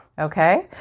Okay